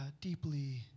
deeply